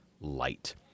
light